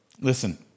Listen